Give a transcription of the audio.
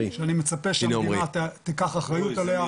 שאני מצפה שהמדינה תיקח אחריות עליה,